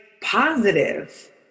positive